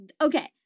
okay